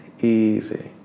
Easy